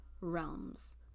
realms